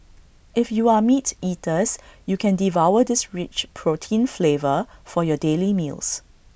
if you are meat eaters you can devour this rich protein flavor for your daily meals